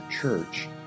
church